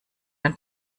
ein